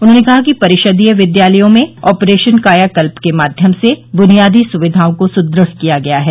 उन्होंने कहा कि परिषदीय विद्यालयों में ऑपरेशन काया कल्प के माध्यम से बुनियादी सुविधाओं को सुदृढ़ किया गया है